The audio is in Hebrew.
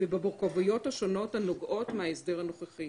ובמורכבויות השונות הנובעות מההסדר הנוכחי.